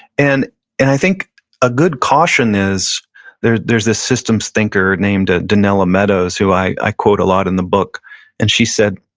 and and i think a good caution is there's there's this systems thinker named ah donella meadows who i i quote a lot in the book and she said,